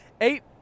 eight